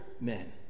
men